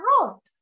road